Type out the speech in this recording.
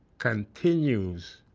continues